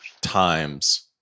times